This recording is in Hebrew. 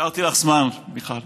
השארתי לך זמן, מיכל.